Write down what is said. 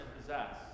possess